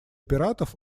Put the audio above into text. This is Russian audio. пиратов